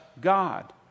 God